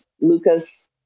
Luca's